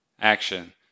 action